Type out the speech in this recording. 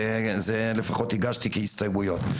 ולפחות הגשתי את זה כהסתייגויות.